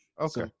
Okay